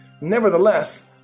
Nevertheless